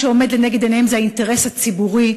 מה שעומד לנגד עיניהם זה האינטרס הציבורי,